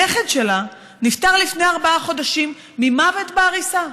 הנכד שלה נפטר לפני ארבעה חודשים ממוות בעריסה.